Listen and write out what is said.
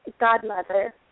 godmother